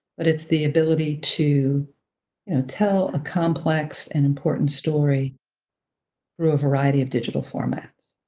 but it's the ability to you know tell a complex and important story through a variety of digital formats.